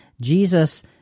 Jesus